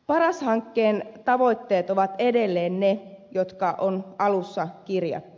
paras hankkeen tavoitteet ovat edelleen ne jotka on alussa kirjattu